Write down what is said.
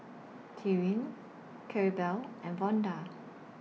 Tyrin Claribel and Vonda